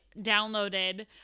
downloaded